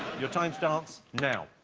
your time starts now